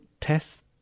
test